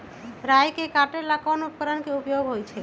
राई के काटे ला कोंन उपकरण के उपयोग होइ छई?